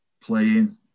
playing